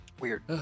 Weird